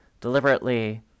deliberately